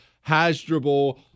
Hasdrubal